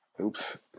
Oops